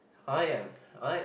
I'm I